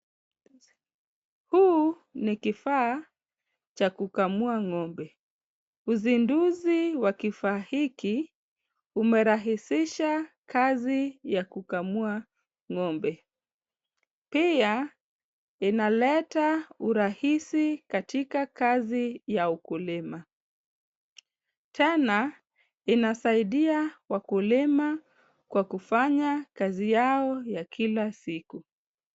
Huu ni kifaa cha kukamua ng'ombe. Uzinduzi wa kifaa hiki umerahisisha kazi ya kukamua ng'ombe. Pia inaleta urahisi katika kazi ya ukulima. Tena inasaidia wakulima kwa kufanya kazi yao ya kila siku.